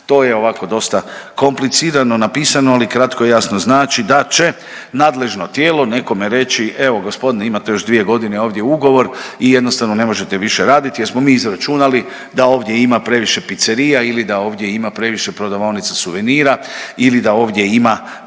to je ovako dosta komplicirano napisano, ali kratko i jasno znači da će nadležno tijelo nekome reći, evo gospodine imate još 2.g. ovdje ugovor i jednostavno ne možete više raditi jer smo mi izračunali da ovdje ima previše pizzerija ili da ovdje ima previše prodavaonica suvenira ili da ovdje ima